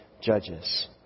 Judges